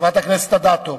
חברת הכנסת אדטו.